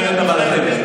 אומרת "אבל אתם".